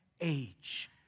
age